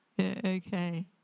Okay